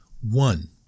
One